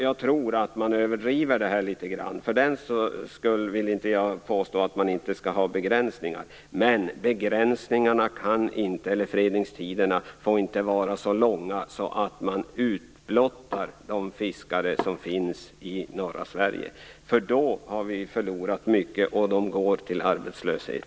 Jag tror att man litet grand överdriver det här. För den skull vill jag inte påstå att man inte skall ha begränsningar, men fredningstiderna får inte vara så långa att man utblottar de fiskare som finns i norra Sverige. I så fall har vi förlorat mycket, och dessa fiskare går till arbetslöshet.